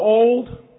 old